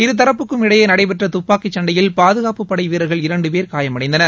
இருதரப்புக்கும் இடையே நடைபெற்ற துப்பாக்கி சண்டையில் பாதுகாப்புப் படை வீரர்கள் இரண்டு பேர் காயமடைந்தனர்